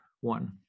one